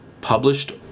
published